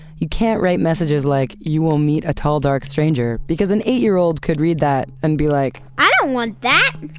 you can't write messages like, you will meet a tall, dark stranger because an eight-year-old could read that and be like, i don't want that.